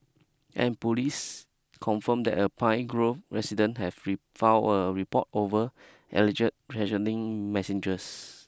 and police confirmed that a Pine Grove resident have be file a report over alleged threatening messages